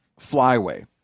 flyway